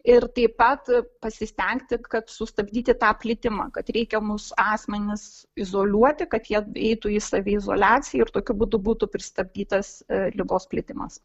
ir taip pat pasistengti kad sustabdyti tą plitimą kad reikiamus asmenis izoliuoti kad jie eitų į saviizoliaciją ir tokiu būdu būtų pristabdytas ligos plitimas